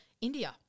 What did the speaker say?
India